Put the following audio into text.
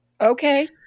Okay